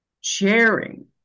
sharing